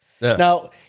Now